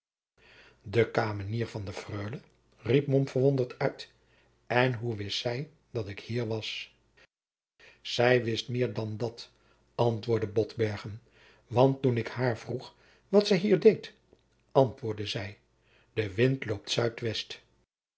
de kamenier van de freule riep mom verwonderd uit en hoe wist zij dat ik hier was zij wist meer dan dat antwoordde botbergen want toen ik haar vroeg wat zij hier deed antwoordde zij de wind loopt zuidwest